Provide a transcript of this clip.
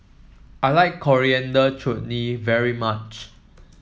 I like Coriander Chutney very much